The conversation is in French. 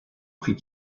prit